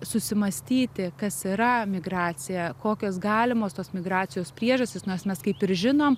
susimąstyti kas yra migracija kokios galimos tos migracijos priežastys nors mes kaip ir žinom